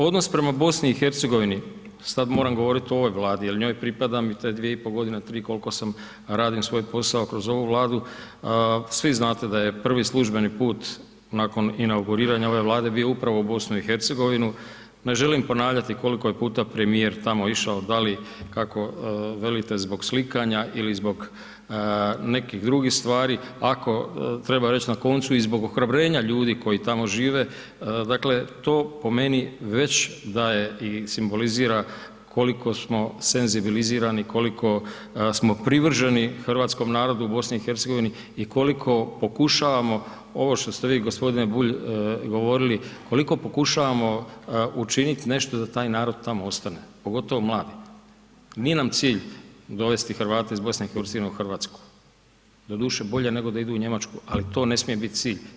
Odnos prema BiH, sad moram govorit o ovoj Vladi jer njoj pripadam i te 2,5.g.-3 koliko sam, radim svoj posao kroz ovu Vladu, svi znate da je prvi službeni put nakon inauguriranja ove Vlade bio upravo u BiH, ne želim ponavljati koliko je puta premijer tamo išao, da li kako velite zbog slikanja ili zbog nekih drugih stvari, ako, treba reć na koncu i zbog ohrabrenja ljudi koji tamo žive, dakle, to po meni već daje i simbolizira koliko smo senzibilizirani, koliko smo privrženi hrvatskom narodu u BiH i koliko pokušavamo, ovo što ste vi g. Bulj govorili, koliko pokušavamo učinit nešto da taj narod tamo ostane, pogotovo mladi, nije nam cilj dovesti Hrvate BiH u RH, doduše, bolje nego da idu u Njemačku, ali to ne smije bit cilj.